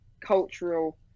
cultural